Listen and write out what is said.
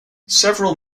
several